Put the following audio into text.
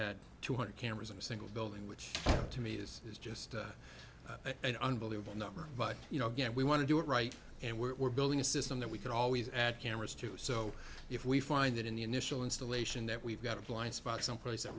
had two hundred cameras in a single building which to me is is just an unbelievable number but you know again we want to do it right and we're building a system that we can always add cameras to so if we find that in the initial installation that we've got a blind spot someplace that